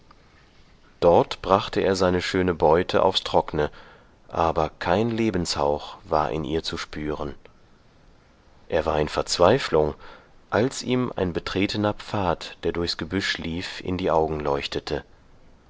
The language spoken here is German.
dort brachte er seine schöne beute aufs trockne aber kein lebenshauch war in ihr zu spüren er war in verzweiflung als ihm ein betretener pfad der durchs gebüsch lief in die augen leuchtete